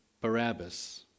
Barabbas